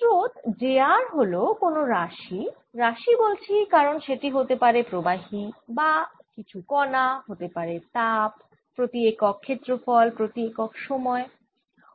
স্রোত j r হল কোন রাশি রাশি বলছি কারণ সেটি হতে পারে প্রবাহী বা কিছু কনা হতে পারে তাপ প্রতি একক ক্ষেত্রফল প্রতি একক সময়